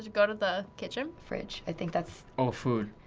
go to the kitchen. fridge, i think that's oh, food.